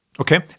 Okay